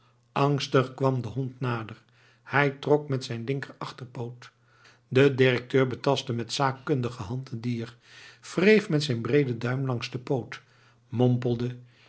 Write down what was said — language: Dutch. angstig kwam de hond nader hij trok met zijn linker achterpoot de directeur betastte met zaakkundige hand het dier wreef met zijn breeden duim langs den poot mompelde